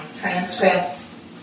transcripts